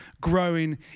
growing